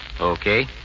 Okay